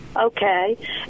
Okay